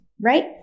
Right